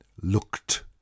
looked